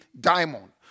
diamond